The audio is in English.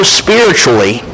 spiritually